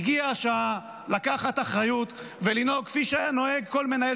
הגיעה השעה לקחת אחריות ולנהוג כפי שהיה נוהג כל מנהל